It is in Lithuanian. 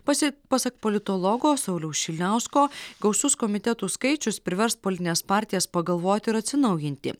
pasi pasak politologo sauliaus šilniausko gausus komitetų skaičius privers politines partijas pagalvoti ir atsinaujinti